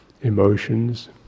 emotions